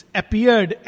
appeared